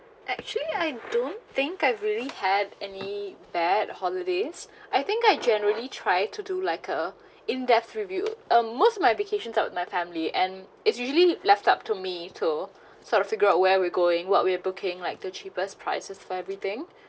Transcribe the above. actually I don't think I really had any bad holidays I think I generally try to do like a in-depth review uh most my vacations are with my family and is usually left up to me to sort of figure out where we going what we're booking like the cheapest prices for everything